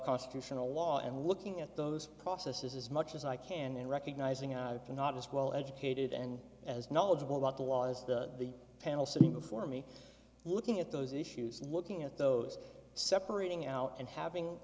constitutional law and looking at those processes as much as i can and recognizing i've been not as well educated and as knowledgeable about the law as the panel sitting before me looking at those issues looking at those separating out and having